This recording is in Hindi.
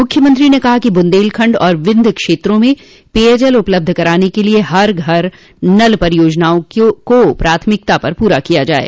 मुख्यमंत्री ने कहा कि बुन्देलखंड और बिंध्य क्षेत्रों में पेयजल उपलब्ध कराने के लिये हर घर नल परियोजनाओं को प्राथमिकता पर पूरा किया जाये